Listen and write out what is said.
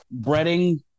breading